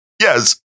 yes